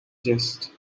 jest